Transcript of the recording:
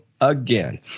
again